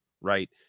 right